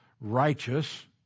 righteous